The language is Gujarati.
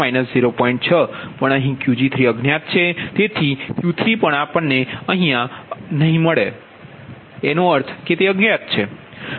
6પણ અહી Qg3અજ્ઞાત છે તેથી Q3પન અજ્ઞાત હશે